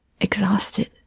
exhausted